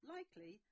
Likely